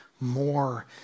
more